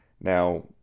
now